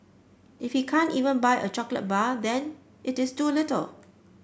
if he can't even buy a chocolate bar then it is too little